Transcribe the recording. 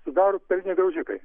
sudaro peliniai graužikai